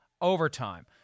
overtime